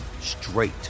straight